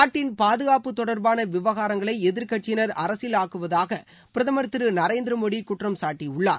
நாட்டின் பாதுகாப்பு தொடர்பான விவகாரங்களை எதிர் கட்சியினர் அரசியலாக்குவதாக பிரதமர் திரு நரேந்திர மோடி குற்றம் சாட்டியுள்ளார்